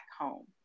home